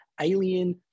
alien